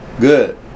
Good